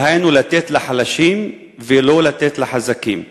דהיינו: לתת לחלשים ולא לתת לחזקים.